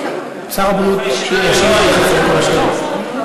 שר הבריאות ישיב תכף על כל השאלות.